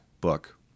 book